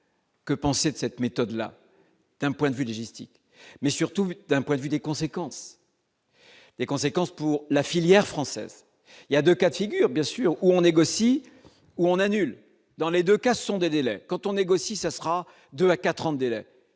Que penser de cette méthode-là, d'un point de vue du Gisti, mais surtout d'un point de vue des conséquences, des conséquences pour la filière française il y a 2 cas de figure bien sûr où on négocie où on annule dans les 2 cas, ce sont des délais quand on négocie, ça sera de la 4 ans de quand